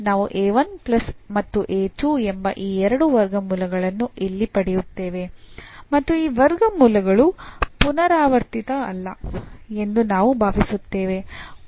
ನಾವು ಮತ್ತು ಎಂಬ ಈ ಎರಡು ವರ್ಗಮೂಲಗಳನ್ನು ಇಲ್ಲಿ ಪಡೆಯುತ್ತೇವೆ ಮತ್ತು ಈ ವರ್ಗಮೂಲಗಳು ಪುನರಾವರ್ತಿತವಲ್ಲ ಎಂದು ನಾವು ಭಾವಿಸುತ್ತೇವೆ